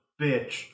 bitch